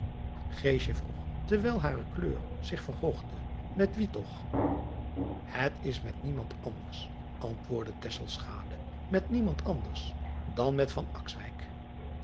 vroeg terwijl hare kleur zich verhoogde et wien toch et is met niemand anders antwoordde met niemand anders dan met